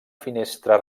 finestra